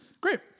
great